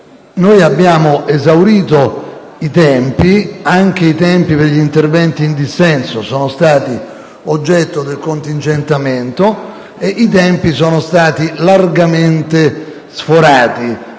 Noi abbiamo esaurito i tempi. Anche i tempi degli interventi in dissenso sono stati oggetto del contingentamento, e i tempi sono stati largamente sforati